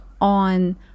on